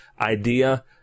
idea